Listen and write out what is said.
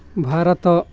Bharat